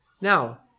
Now